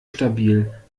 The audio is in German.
stabil